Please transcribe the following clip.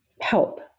help